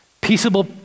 Peaceable